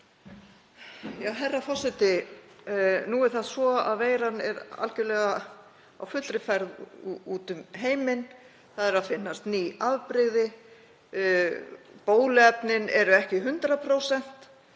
Herra forseti. Nú er það svo að veiran er algerlega á fullri ferð út um heiminn, það eru að finnast ný afbrigði, bóluefnin eru ekki 100%.